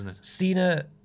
Cena